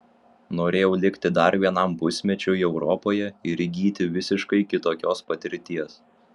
norėjau likti dar vienam pusmečiui europoje ir įgyti visiškai kitokios patirties